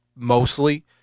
Mostly